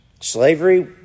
slavery